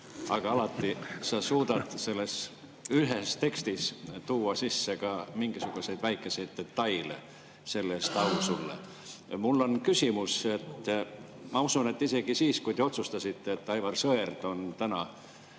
sa alati suudad selles [samas] tekstis tuua sisse ka mingisuguseid väikeseid detaile. Selle eest au sulle. Mul on küsimus. Ma usun, et isegi siis, kui te otsustasite, et Aivar Sõerd on täna